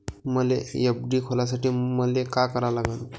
मले एफ.डी खोलासाठी मले का करा लागन?